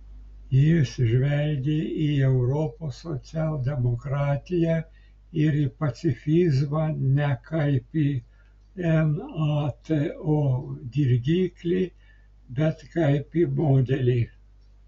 jis žvelgia į europos socialdemokratiją ir į pacifizmą ne kaip į nato dirgiklį bet kaip į modelį